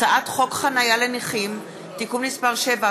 הצעת חוק חניה לנכים (תיקון מס' 7),